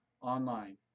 online